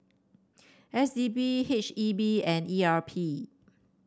S D P H E B and E R P